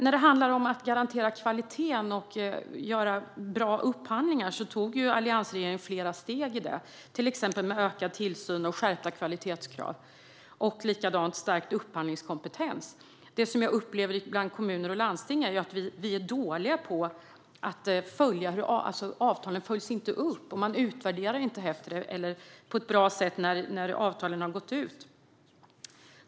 När det handlar om att garantera kvaliteten och göra bra upphandlingar tog alliansregeringen flera steg i det, till exempel ökad tillsyn, skärpta kvalitetskrav och stärkt upphandlingskompetens. Det som jag upplever i kommuner och landsting är att man är dålig på att följa upp avtalen. Man utvärderar inte heller på ett bra sätt när avtalen har gått ut.